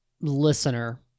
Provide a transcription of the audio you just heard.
listener